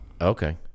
Okay